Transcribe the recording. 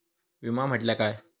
विमा म्हटल्या काय?